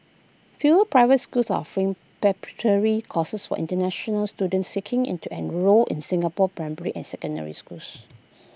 fewer private schools offering preparatory courses for International students seeking into enrol in Singapore's primary and secondary schools